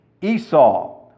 Esau